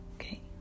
Okay